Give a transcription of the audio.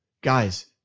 Guys